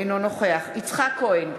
אינו נוכח יצחק כהן,